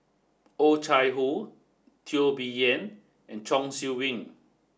oh Chai Hoo Teo Bee Yen and Chong Siew Ying